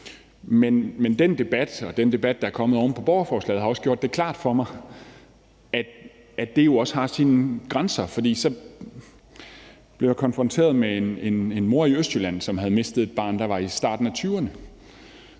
Men den debat og den debat, der er kommet oven på borgerforslaget, har også gjort det klart for mig, at det jo også har sine grænser. Jeg blev konfronteret med en mor i Østjylland, som havde mistet et barn, der var i starten af 20'erne,